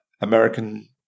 American